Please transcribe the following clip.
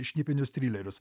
šnipinius trilerius